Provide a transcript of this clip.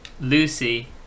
Lucy